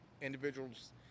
individuals